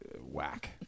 whack